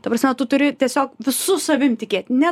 ta prasme tu turi tiesiog visu savim tikėt ne